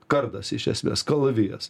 kardas iš esmės kalavijas